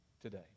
today